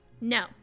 No